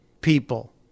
people